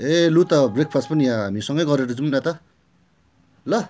ए लु त breakfast पनि यहाँ हामीसँगे गरेर जाऊँ न त ल